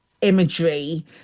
imagery